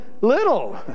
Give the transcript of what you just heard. little